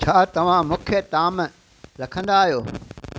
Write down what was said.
छा तव्हां मुख्य ताम रखंदा आहियो